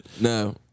No